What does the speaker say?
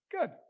Good